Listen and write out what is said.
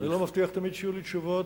אני לא מבטיח תמיד שיהיו לי תשובות,